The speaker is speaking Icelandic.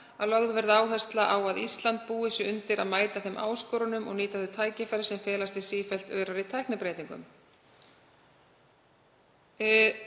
að lögð verði áhersla á að Ísland búi sig undir að mæta þeim áskorunum og nýta þau tækifæri sem felast í sífellt örari tæknibreytingum.